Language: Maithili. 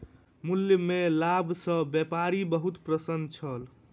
मूल्य में लाभ सॅ व्यापारी बहुत प्रसन्न छल